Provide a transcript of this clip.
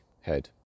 head